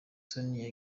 sonia